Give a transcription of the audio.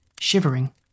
shivering